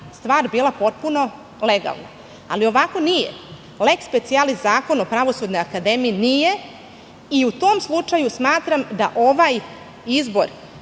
stvar bila potpuno legalna, ali ovako nije. "Lex specialis" Zakon o Pravosudnoj akademiji nije i u tom slučaju smatram da ovaj izbor